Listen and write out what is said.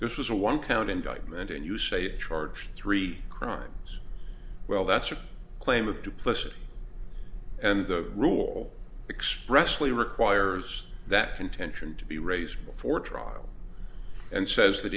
this is a one count indictment and you say it charged three crimes well that's a claim of duplicity and the rule expressly requires that intention to be raised before trial and says that